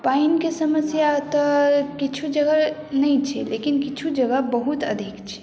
पानिके समस्या तऽ किछु जगह नहि छै लेकिन किछु जगह बहुत अधिक छै